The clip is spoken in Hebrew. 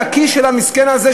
מהכיס של המסכן הזה,